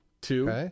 two